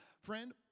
friend